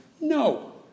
no